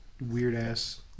weird-ass